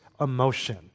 emotion